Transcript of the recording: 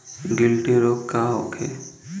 गिलटी रोग का होखे?